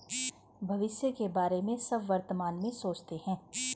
भविष्य के बारे में सब वर्तमान में सोचते हैं